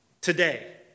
Today